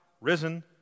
risen